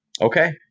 Okay